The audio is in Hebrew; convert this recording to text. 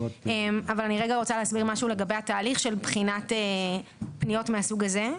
אני רוצה להסביר לגבי התהליך של בחינת פניות מהסוג הזה.